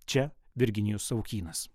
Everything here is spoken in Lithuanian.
čia virginijus savukynas